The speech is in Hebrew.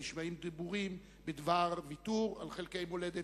כשנשמעים דיבורים בדבר ויתור על חלקי מולדת,